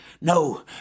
No